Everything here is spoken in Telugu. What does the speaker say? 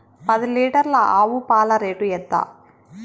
పది లీటర్ల ఆవు పాల రేటు ఎంత?